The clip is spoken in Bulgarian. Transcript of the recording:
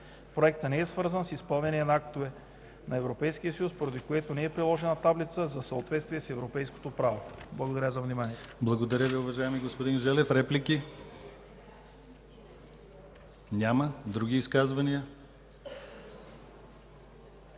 Проектът не е свързан с изпълнение на актове на Европейския съюз, поради което не е приложена таблица за съответствие с европейското право. Благодаря за вниманието.